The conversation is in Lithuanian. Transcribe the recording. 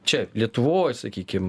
čia lietuvoj sakykim